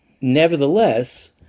Nevertheless